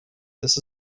this